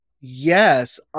yes